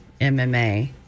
MMA